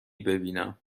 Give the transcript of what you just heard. ببینم